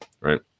right